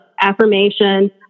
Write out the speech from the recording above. affirmation